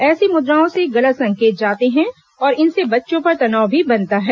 ऐसी मुद्राओं से गलत संकेत जाते हैं और इनसे बच्चों पर तनाव भी बनता है